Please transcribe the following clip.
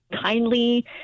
kindly